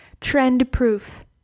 trend-proof